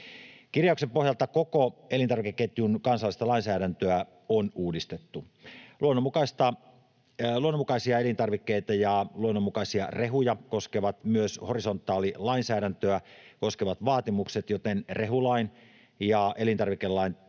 Kirjauksen pohjalta koko elintarvikeketjun kansallista lainsäädäntöä on uudistettu. Luonnonmukaisia elintarvikkeita ja luonnonmukaisia rehuja koskevat myös horisontaalilainsäädäntöä koskevat vaatimukset, joten rehulain ja elintarvikelain